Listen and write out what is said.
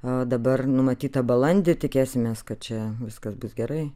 o dabar numatyta balandį tikėsimės kad čia viskas bus gerai